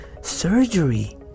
surgery